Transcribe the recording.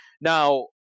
Now